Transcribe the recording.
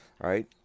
right